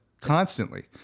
constantly